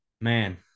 man